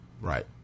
Right